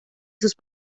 sus